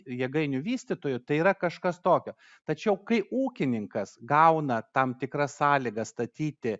jėgainių vystytojų tai yra kažkas tokio tačiau kai ūkininkas gauna tam tikras sąlygas statyti